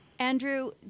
Andrew